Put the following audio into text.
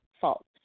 fault